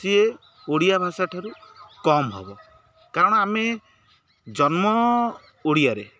ସିଏ ଓଡ଼ିଆ ଭାଷା ଠାରୁ କମ୍ ହବ କାରଣ ଆମେ ଜନ୍ମ ଓଡ଼ିଆରେ